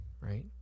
right